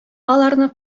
аларны